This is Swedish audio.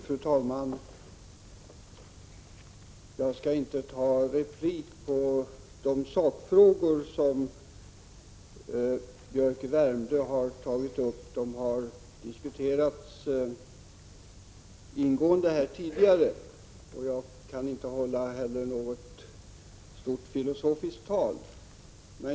Fru talman! Jag skall inte replikera på de sakfrågor som Biörck i Värmdö tog upp. De har diskuterats ingående tidigare. Jag kan inte heller hålla något stort filosofiskt tal.